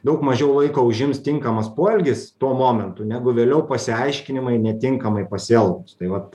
daug mažiau laiko užims tinkamas poelgis tuo momentu negu vėliau pasiaiškinimai netinkamai pasielgus tai vat